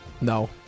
No